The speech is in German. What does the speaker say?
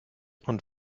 und